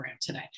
today